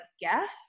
guess